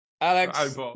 Alex